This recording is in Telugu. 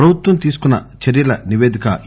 ప్రభుత్వం తీసుకున్న చర్చల నిపేదిక ఎ